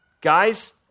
Guys